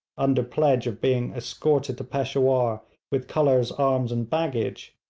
under pledge of being escorted to peshawur with colours, arms, and baggage,